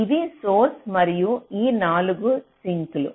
ఇది సోర్స్ మరియు ఈ 4 సింక్లు